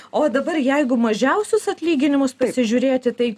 o dabar jeigu mažiausius atlyginimus pasižiūrėti tai